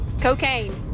Cocaine